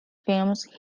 films